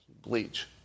bleach